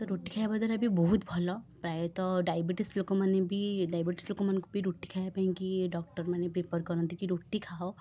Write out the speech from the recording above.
ତ ରୁଟି ଖାଇବାଦ୍ୱାରାବି ବହୁତ ଭଲ ପ୍ରାୟତଃ ଡାଇବେଟିସ୍ ଲୋକମାନେ ବି ଡାଇବେଟିସ୍ ଲୋକମାନଙ୍କୁ ବି ରୁଟି ଖାଇବାପାଇଁକି ଡକ୍ଟରମାନେ ପ୍ରିଫର କରନ୍ତି କି ରୁଟି ଖାଅ